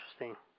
Interesting